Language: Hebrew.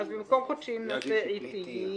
אז במקום "חודשיים" נכתוב "עתיים".